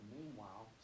Meanwhile